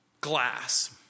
glass